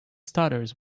stutters